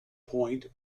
point